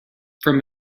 from